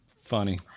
Funny